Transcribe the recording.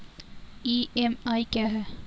EMI क्या है?